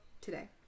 today